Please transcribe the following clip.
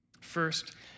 First